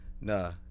Nah